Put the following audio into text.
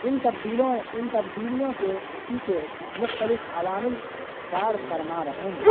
ان تبدیلیوں ان تبدیلیوں کے پیچھے مختلف عوامل کار فرما رہے ہیں